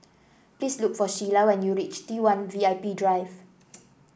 please look for Shiela when you reach T one V I P Drive